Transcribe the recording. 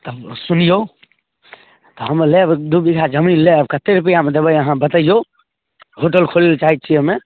तब सुनिऔ हम लेब दुइ बीघा जमीन लेब कतेक रुपैआमे देबै अहाँ बतैऔ होटल खोलेलए चाहै छी हमे